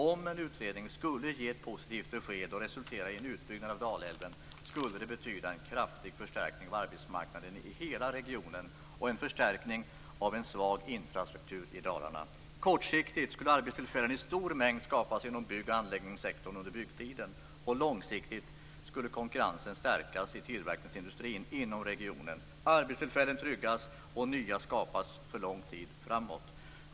Om en utredning skulle ge ett positivt besked och resultera i en utbyggnad av Dalälven skulle det betyda en kraftig förstärkning av arbetsmarknaden i hela regionen och en förstärkning av en svag infrastruktur i Dalarna. Kortsiktigt skulle arbetstillfällen i stor mängd skapas inom bygg och anläggningssektorn under byggtiden. Långsiktigt skulle konkurrenskraften stärkas i tillverkningsindustrin inom regionen, arbetstillfällen tryggas och nya skapas för lång tid framåt.